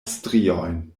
striojn